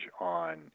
on